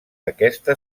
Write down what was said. aquesta